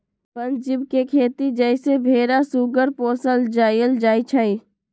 वन जीव के खेती जइसे भेरा सूगर पोशल जायल जाइ छइ